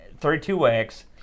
32X